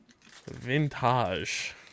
Vintage